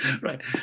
right